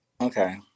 Okay